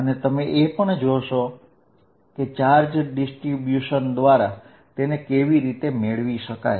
અને તમે એ પણ જોશો કે ચાર્જ ડિસ્ટ્રીબ્યુશન દ્વારા તેને કેવી રીતે મેળવી શકાય